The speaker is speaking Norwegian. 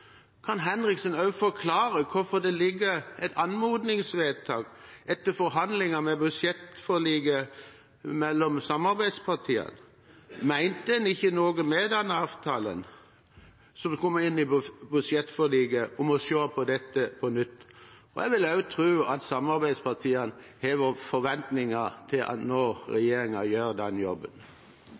Kan Henriksen også forklare hvorfor det foreligger et anmodningsvedtak etter forhandlingen om budsjettforliket mellom samarbeidspartiene? Mente en ikke noe med den avtalen som kom inn i budsjettforliket, om å se på dette på nytt? Jeg vil også tro at samarbeidspartiene har noen forventninger til når regjeringen gjør den jobben.